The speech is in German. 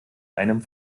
einem